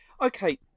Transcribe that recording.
Okay